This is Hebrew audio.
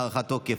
הארכת תוקף),